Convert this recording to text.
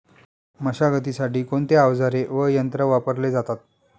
मशागतीसाठी कोणते अवजारे व यंत्र वापरले जातात?